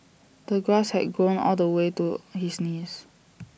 the grass had grown all the way to his knees